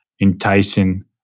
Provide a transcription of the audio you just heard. enticing